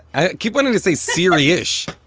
i keep wanting to say silly ish,